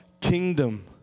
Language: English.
kingdom